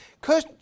Cush